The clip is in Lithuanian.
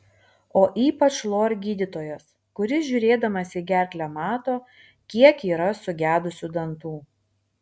o ypač lor gydytojas kuris žiūrėdamas į gerklę mato kiek yra sugedusių dantų